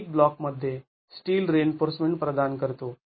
वैयक्तिक ब्लॉक मध्ये steel reinforcement प्रदान करतो